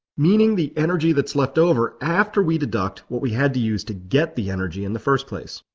meaning the energy that's left over after we deduct what we had to use to get the energy in the first place.